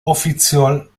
offiziell